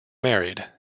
married